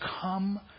Come